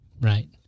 Right